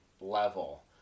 level